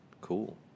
cool